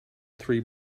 three